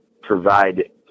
provide